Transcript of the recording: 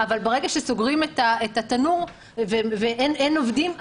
אבל ברגע שסוגרים את התנור ואין עובדים,